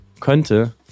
könnte